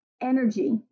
energy